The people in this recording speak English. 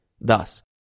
thus